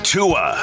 Tua